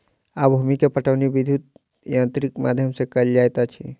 आब भूमि के पाटौनी विद्युत यंत्रक माध्यम सॅ कएल जाइत अछि